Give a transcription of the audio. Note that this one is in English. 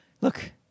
look